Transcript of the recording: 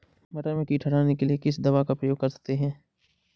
मटर में कीट हटाने के लिए किस दवा का प्रयोग करते हैं?